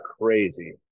crazy